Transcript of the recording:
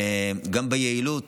וגם ביעילות.